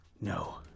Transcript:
No